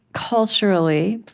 culturally